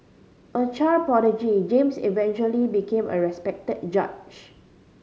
a child prodigy James eventually became a respected judge